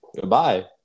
Goodbye